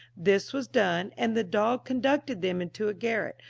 this was done, and the dog conducted them into a garret,